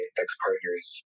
ex-partners